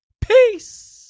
Peace